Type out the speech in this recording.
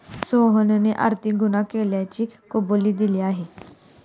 सोहनने आर्थिक गुन्हा केल्याची कबुली दिली आहे